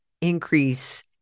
increase